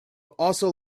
also